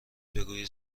بگویید